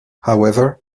however